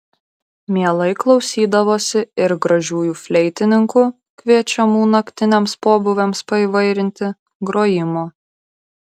mielai klausydavosi ir gražiųjų fleitininkų kviečiamų naktiniams pobūviams paįvairinti grojimo